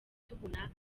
tubona